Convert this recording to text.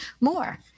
more